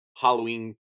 Halloween